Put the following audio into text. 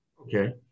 Okay